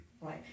right